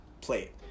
plate